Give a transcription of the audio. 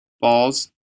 balls